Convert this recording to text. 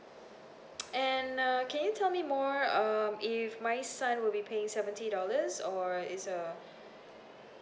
and uh can you tell me more um if my son will be paying seventy dollars or is uh